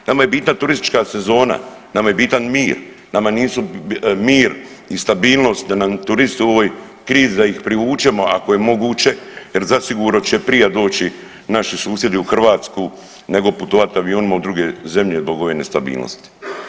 Nama je bitna turistička sezona, nama je bitan mir, mir i stabilnosti da nam turisti u ovoj krizi da ih privučemo ako je moguće jer zasigurno će prije doći naši susjedi u Hrvatsku nego putovati avionima u druge zemlje zbog ove nestabilnosti.